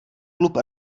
klub